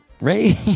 Ray